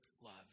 love